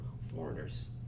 foreigners